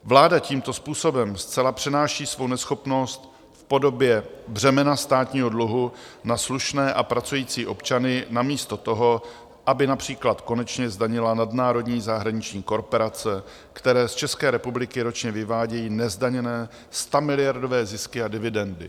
Vláda tímto způsobem zcela přenáší svou neschopnost v podobě břemena státního dluhu na slušné a pracující občany namísto toho, aby například konečně zdanila nadnárodní zahraniční korporace, které z České republiky ročně vyvádějí nezdaněné stamiliardové zisky a dividendy.